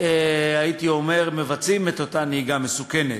הייתי אומר, שמבצעים את אותה נהיגה מסוכנת.